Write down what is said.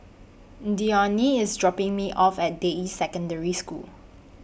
Dionne IS dropping Me off At Deyi Secondary School